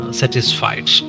satisfied